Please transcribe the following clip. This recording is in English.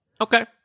Okay